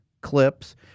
clips